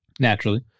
Naturally